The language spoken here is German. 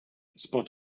spot